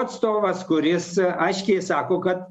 atstovas kuris aiškiai sako kad